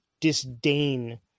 disdain